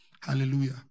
Hallelujah